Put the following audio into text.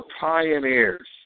pioneers